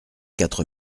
quatre